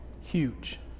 Huge